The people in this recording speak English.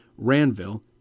Ranville